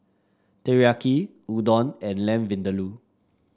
Teriyaki Udon and Lamb Vindaloo